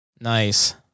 Nice